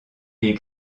est